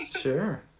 sure